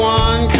one